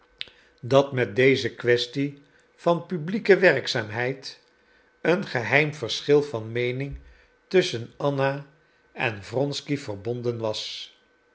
dat met deze kwestie van publieke werkzaamheid een geheim verschil van meening tusschen anna en wronsky verbonden was